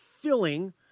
filling